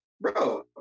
bro